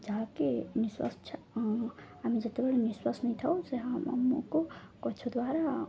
ଯାହାକି ନିଶ୍ୱାସ ଛା ଆମେ ଯେତେବେଳେ ନିଶ୍ୱାସ ନେଇଥାଉ ସେ ଆମକୁ ଗଛ ଦ୍ୱାରା